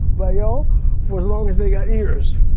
by y'all for as long as they got ears.